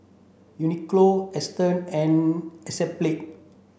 Uniqlo Astons and